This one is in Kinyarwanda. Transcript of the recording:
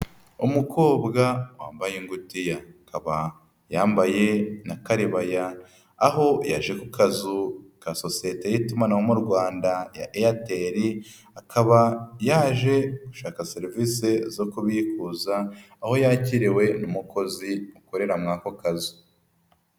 Umukobwa wambaye ingutiya, akaba yambaye n'akaribaya, aho yaje ku kazu ka sosiyete y'itumanaho mu Rwanda ya Airtel, akaba yaje gushaka serivisi zo kubikuza, aho yakiriwe n'umukozi ukorera muri ako kazu.